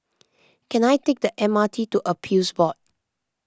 can I take the M R T to Appeals Board